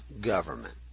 government